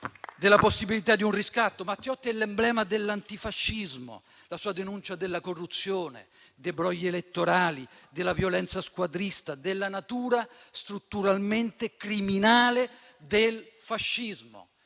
della possibilità di un riscatto. Matteotti è l'emblema dell'antifascismo: la sua denuncia della corruzione, dei brogli elettorali, della violenza squadrista, della natura strutturalmente criminale del fascismo.